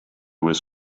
was